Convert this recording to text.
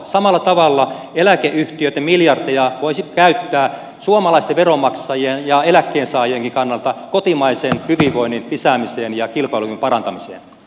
samalla tavalla eläkeyhtiöitten miljardeja voisi käyttää suomalaisten veronmaksajien ja eläkkeensaajienkin kannalta kotimaisen hyvinvoinnin lisäämiseen ja kilpailukyvyn parantamiseen